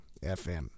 FM